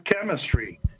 chemistry